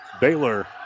Baylor